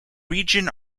region